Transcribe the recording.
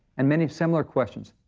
and many similar questions.